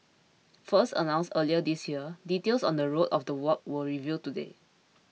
first announced earlier this year details on the route of the walk were revealed today